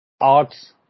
Arts